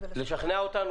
לשכנע אותנו?